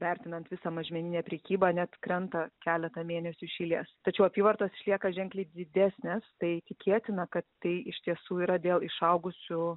vertinant visą mažmeninę prekybą net krenta keletą mėnesių iš eilės tačiau apyvartos išlieka ženkliai didesnės tai tikėtina kad tai iš tiesų yra dėl išaugusių